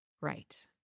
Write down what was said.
right